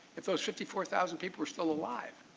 if those fifty four thousand people were still alive.